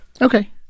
Okay